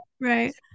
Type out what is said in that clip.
right